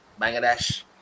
Bangladesh